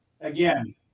Again